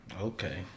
okay